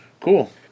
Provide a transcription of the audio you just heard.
Cool